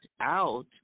out